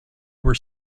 were